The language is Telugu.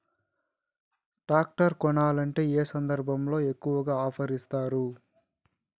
టాక్టర్ కొనాలంటే ఏ సందర్భంలో ఎక్కువగా ఆఫర్ ఇస్తారు?